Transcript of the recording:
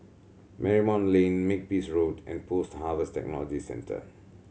Marymount Lane Makepeace Road and Post Harvest Technology Centre